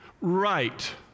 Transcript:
right